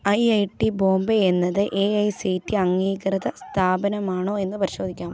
I I T Bombay എന്നത് A I C T E അംഗീകൃത സ്ഥാപനമാണോ എന്നു പരിശോധിക്കാമോ